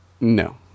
No